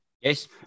yes